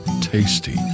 tasty